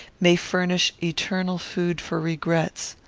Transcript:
may furnish eternal food for regrets.